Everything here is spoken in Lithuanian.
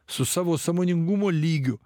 su savo sąmoningumo lygiu